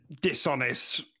dishonest